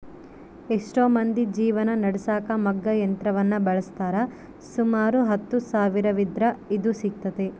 ಎಷ್ಟೊ ಮಂದಿ ಜೀವನ ನಡೆಸಕ ಮಗ್ಗ ಯಂತ್ರವನ್ನ ಬಳಸ್ತಾರ, ಸುಮಾರು ಹತ್ತು ಸಾವಿರವಿದ್ರ ಇದು ಸಿಗ್ತತೆ